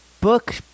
book